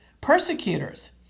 persecutors